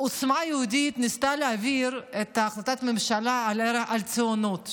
עוצמה יהודית ניסתה להעביר את החלטת הממשלה על ציונות,